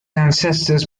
ancestors